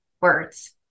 words